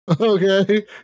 okay